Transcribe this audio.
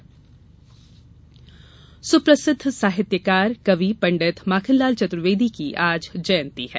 जयंती सुप्रसिद्ध साहित्यकार कवि पण्डित माखनलाल चतुर्वेदी की आज जयंती है